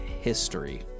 history